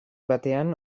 batean